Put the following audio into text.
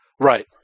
Right